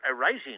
arising